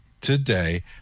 today